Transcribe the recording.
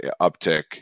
uptick